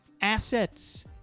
Assets